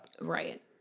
Right